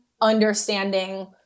understanding